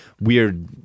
weird